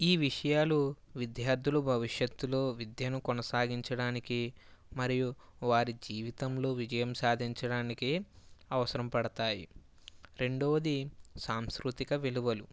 ఈ విషయాలు విద్యార్థులు భవిష్యత్తులో విద్యను కొనసాగించడానికి మరియు వారి జీవితంలో విజయం సాధించడానికి అవసరం పడతాయి రెండోది సాంస్కృతిక విలువలు